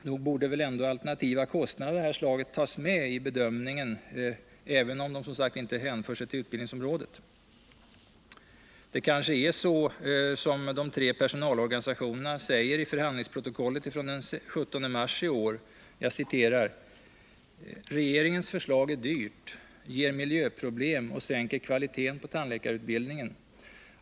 Nog borde väl ändå alternativa kostnader av detta slag tas med i bedömningen, även om de som sagt inte hänför sig till utbildningsområdet. Det kanske är så som de tre personalorganisationerna säger i förhandlingsprotokollet från den 17 mars i år: ”Regeringens förslag är dyrt, ger miljöproblem och sänker kvaliteten på tandläkarutbildningen.